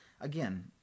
Again